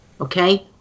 okay